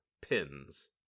pins